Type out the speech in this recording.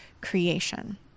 creation